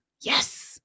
Yes